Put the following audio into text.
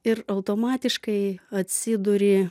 ir automatiškai atsiduri